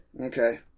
Okay